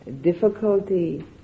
difficulty